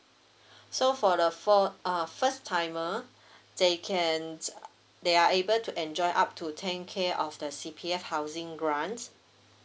so for the four uh first timer they can they are able to enjoy up to ten K of the C_P_F housing grant